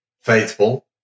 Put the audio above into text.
faithful